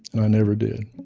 and i never did